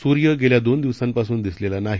सूर्यगेल्यादोनदिवसांपासूनदिसलेलानाही